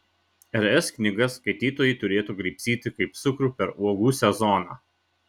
r s knygas skaitytojai turėtų graibstyti kaip cukrų per uogų sezoną